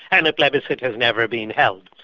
and a plebiscite has never been held.